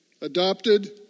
adopted